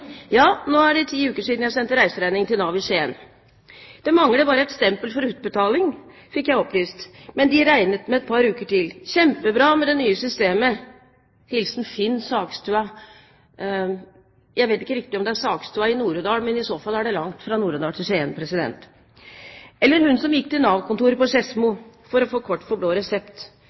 nå er det ti uker siden jeg sendte reiseregning til Nav i Skien. Det mangler bare et stempel for utbetaling, fikk jeg opplyst, men de regnet med et par uker til. Kjempebra med det nye systemet!» Jeg vet ikke riktig om dette er Sagstua i Nord-Odal, men i så fall er det langt fra Nord-Odal til Skien. Eller hun som gikk til Nav-kontoret på Skedsmo for å få kort for blå resept.